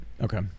Okay